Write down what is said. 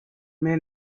may